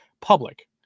public